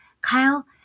Kyle